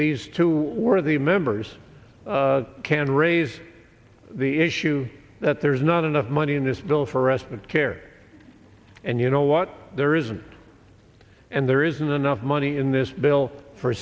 these two were the members can raise the issue that there's not enough money in this bill for respite care and you know what there isn't and there isn't enough money in this bill for